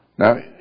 Now